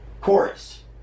chorus